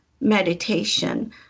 meditation